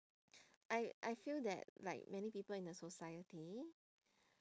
I I feel that like many people in the society